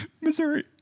Missouri